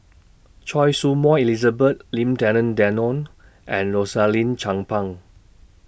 Choy Su Moi Elizabeth Lim Denan Denon and Rosaline Chan Pang